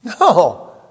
No